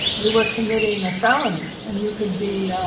you were committing a felony and you could be